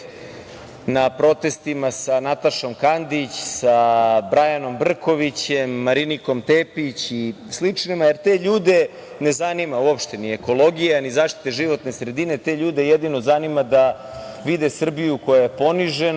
na protestima sa Natašom Kandić, sa Brajanom Brkovićem, Marinikom Tepić i sličnima, jer te ljude na zanima uopšte ni ekologija, ni zaštita životne sredine. Te ljude jedino zanima da vide Srbiju koja je ponižena,